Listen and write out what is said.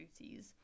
booties